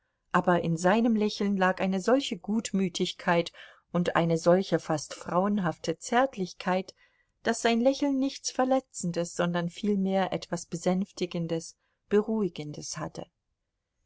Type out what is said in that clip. aber in seinem lächeln lag eine solche gutmütigkeit und eine solche fast frauenhafte zärtlichkeit daß sein lächeln nichts verletzendes sondern vielmehr etwas besänftigendes beruhigendes hatte